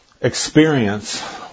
experience